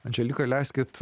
andželika leiskit